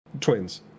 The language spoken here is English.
twins